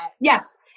Yes